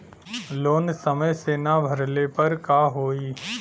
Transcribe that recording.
Loan समय से ना भरले पर का होयी?